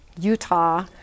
Utah